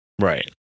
Right